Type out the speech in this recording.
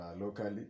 locally